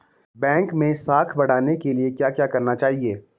Bank मैं साख बढ़ाने के लिए क्या क्या करना चाहिए?